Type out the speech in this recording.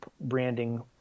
branding